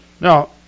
now